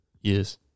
Yes